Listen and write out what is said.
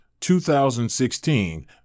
2016